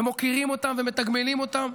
ומוקירים אותם ומתגמלים אותם,